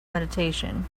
meditation